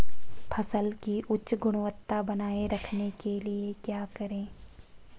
फसल की उच्च गुणवत्ता बनाए रखने के लिए क्या करें?